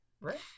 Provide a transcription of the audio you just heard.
right